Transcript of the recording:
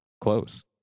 close